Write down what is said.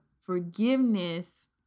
forgiveness